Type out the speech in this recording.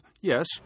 yes